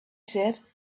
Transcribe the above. said